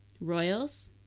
Royals